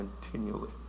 continually